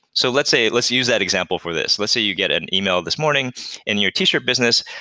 so let's say let's use that example for this. let's say you get an email this morning in your t-shirt business.